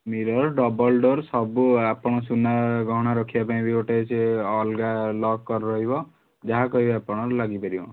mirror double door ସବୁ ଆପଣ ସୁନା ଗହଣା ରଖିବା ପାଇଁ ବି ଗୋଟେ ସେ ଅଲଗା ଲକର୍ ରହିବ ଯାହା କହିବେ ଆପଣ ଲାଗି ପାରିବ